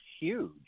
huge